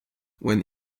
when